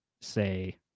say